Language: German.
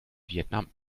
vietnam